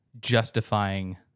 justifying